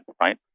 right